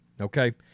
Okay